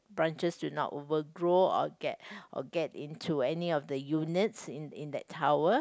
branches do not overgrow or get or get into any of the units in in that tower